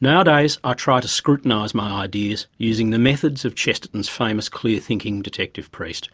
nowadays i ah try to scrutinise my ideas using the methods of chesterton's famous clear-thinking detective priest